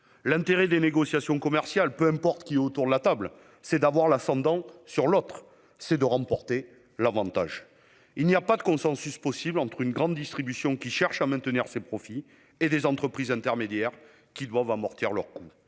L'intérêt des négociations commerciales- peu importe qui est autour de la table -, c'est d'avoir l'ascendant sur l'autre, de remporter l'avantage. Il n'y a pas de consensus possible entre la grande distribution, qui cherche à maintenir ses profits, et des entreprises intermédiaires qui doivent amortir leurs coûts.